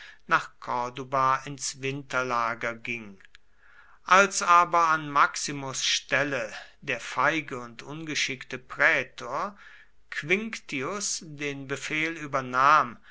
nach corduba ins winterlager ging als aber an maximus stelle der feige und ungeschickte prätor quinctius den befehl übernahm